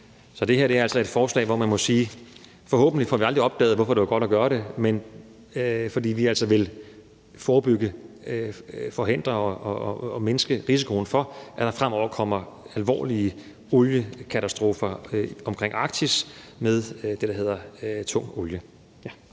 Så det her er altså et forslag, hvor man må sige: Forhåbentlig får vi aldrig opdaget, hvorfor det var godt at gøre det. For vi vil altså forebygge, forhindre og mindske risikoen for, at der fremover kommer alvorlige oliekatastrofer omkring Arktis med det, der hedder tung olie.